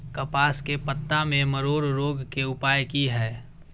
कपास के पत्ता में मरोड़ रोग के उपाय की हय?